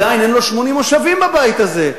עדיין אין לו 80 מושבים בבית הזה,